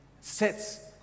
sets